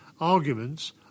arguments